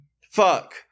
Fuck